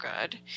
good